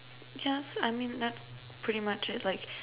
yeah I mean that's pretty much it like